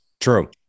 True